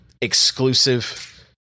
exclusive